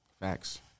Facts